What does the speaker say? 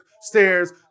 stairs